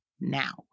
now